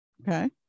Okay